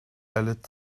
erlitt